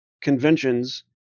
conventions